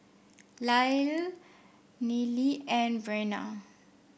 Lyle Nealie and Brenna